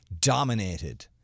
dominated